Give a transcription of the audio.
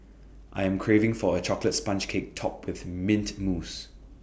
I am craving for A Chocolate Sponge Cake Topped with Mint Mousse